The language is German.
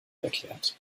erklärt